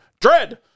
Dread